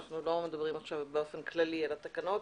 אנחנו לא מדברים באופן כללי על התקנות,